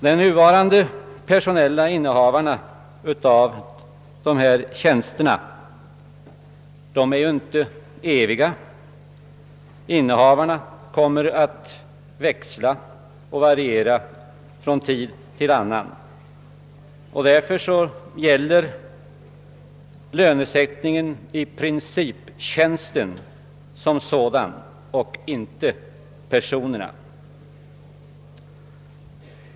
De nuvarande innehavarna av dessa tjänster är ju inte eviga. Innehavarna kommer att växla från tid till annan. Därför gäller lönesättningen i princip tjänsten som sådan och inte personerna.